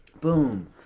boom